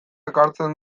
ekartzen